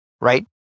Right